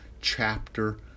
chapter